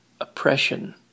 oppression